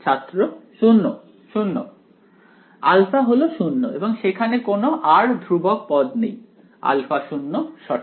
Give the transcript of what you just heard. ছাত্র 0 0 α হলো 0 এবং সেখানে কোনও r ধ্রুবক পদ নেই α 0 সঠিক